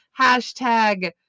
hashtag